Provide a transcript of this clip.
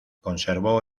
conservó